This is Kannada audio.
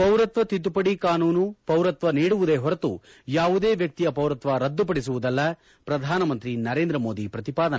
ಪೌರತ್ವ ತಿದ್ದುಪಡಿ ಕಾನೂನು ಪೌರತ್ವ ನೀಡುವುದೇ ಹೊರತು ಯಾವುದೇ ವ್ಯಕ್ತಿಯ ಪೌರತ್ವ ರದ್ದುಪಡಿಸುವುದಲ್ಲ ಪ್ರಧಾನಮಂತ್ರಿ ನರೇಂದ್ರ ಮೋದಿ ಪ್ರತಿಪಾದನೆ